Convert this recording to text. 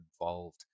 involved